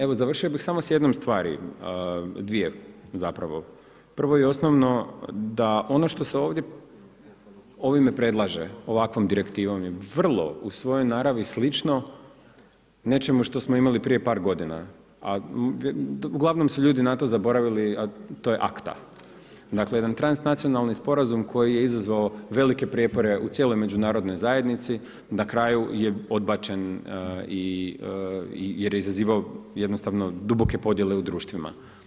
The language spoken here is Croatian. Evo završio bih samo sa dvije stvari, prvo i osnovno da ovo što se ovime predlaže ovakvom direktivom je vrlo u svojoj naravi slično nečemu što smo imali prije par godina, uglavnom su ljudi na to zaboravili, a to je akta, dakle jedan transnacionalnih sporazum koji je izazvao velike prijepore u cijeloj međunarodnoj zajednici i na kraju je odbačen jer je izazivao duboke podjele u društvima.